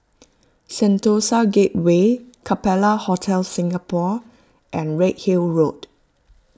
Sentosa Gateway Capella Hotel Singapore and Redhill Road